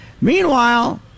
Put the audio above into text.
Meanwhile